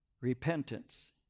repentance